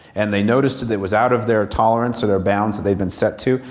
and they noticed that was out of their tolerance their bounds they've been set to,